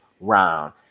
round